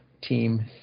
Team